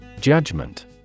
Judgment